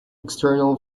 external